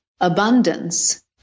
abundance